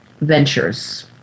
Ventures